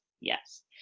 yes